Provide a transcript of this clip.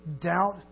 doubt